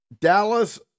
Dallas